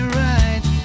right